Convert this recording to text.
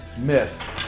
miss